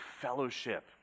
fellowship